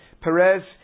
Perez